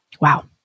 Wow